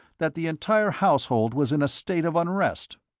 that the entire household was in a state of unrest.